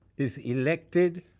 is elected